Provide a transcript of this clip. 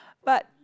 but